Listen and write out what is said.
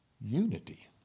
unity